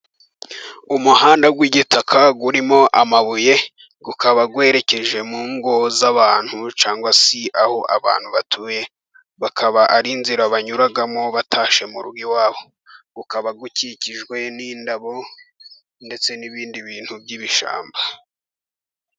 Umuhanda w'igitaka urimo amabuye ukaba werekeje mu ngo z'abantu cyangwa se aho abantu batuye, hakaba ari inzira banyuramo batashye mu rugo iwabo ukaba ukikijwe n'indabo ndetse n'ibindi bintu by'ibishyamba.